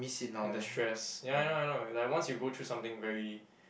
and the stress ya I know I know like once you go through something very